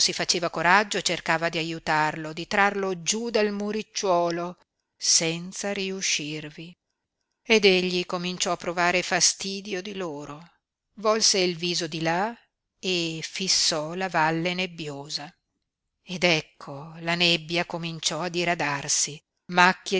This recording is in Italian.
faceva coraggio e cercava di aiutarlo di trarlo giú dal muricciuolo senza riuscirvi ed egli cominciò a provare fastidio di loro volse il viso di là e fissò la valle nebbiosa ed ecco la nebbia cominciò a diradarsi